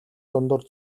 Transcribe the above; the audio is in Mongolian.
дундуур